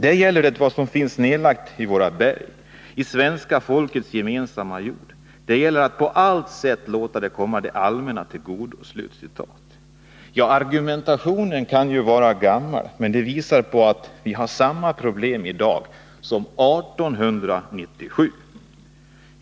Där gäller det vad som finns nedlagt i våra berg, i svenska folkets gemensamma jord, det gäller att på alla sätt låta detta komma det allmänna till godo.” Citatet från den argumentationen kan tyckas vara gammalt, men det visar att vi har samma problem i dag som 1897.